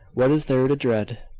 what is there to dread?